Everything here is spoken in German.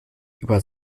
über